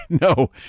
No